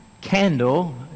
candle